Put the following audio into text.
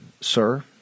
sir